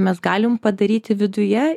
mes galim padaryti viduje